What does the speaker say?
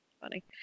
funny